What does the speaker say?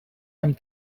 amb